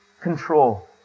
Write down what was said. control